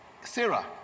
Sarah